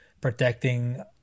protecting